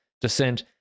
descent